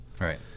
Right